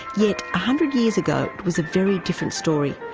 yet a hundred years ago it was a very different story.